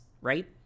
right